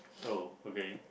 oh okay